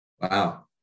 wow